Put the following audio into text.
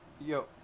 Yo